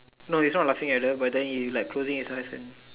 no it's not laughing at them but then he is like closing his eyes and